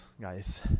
guys